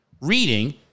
reading